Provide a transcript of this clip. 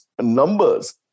numbers